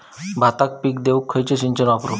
भाताक पाणी देऊक खयली सिंचन वापरू?